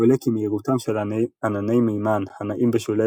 עולה כי מהירותם של ענני מימן הנעים בשולי